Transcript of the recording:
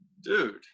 Dude